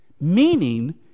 Meaning